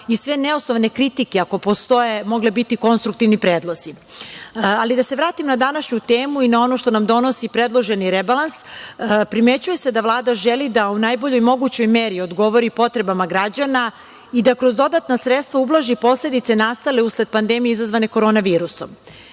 i sve neosnovane kritike, ako postoje, mogle biti konstruktivni predlozi. Da se vratim na današnju temu i na ono što nam donosi predloženi rebalans. Primećuje se da Vlada želi da u najboljoj mogućnoj meri odgovori potrebama građana i da kroz dodatna sredstva ublaži posledice nastale usled pandemije izazvane korona